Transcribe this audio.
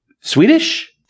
Swedish